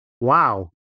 Wow